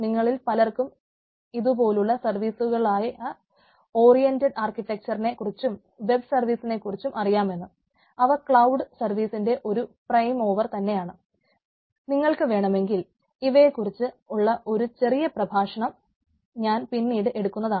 നിങ്ങൾക്ക് വേണ്ടി ഇവയെ കുറിച്ച് വേണമെങ്കിൽ ഒരു ചെറിയ പ്രഭാക്ഷണം ഞാൻ പിന്നീട് എടുക്കുന്നതാണ്